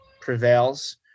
prevails